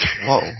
Whoa